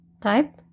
type